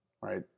right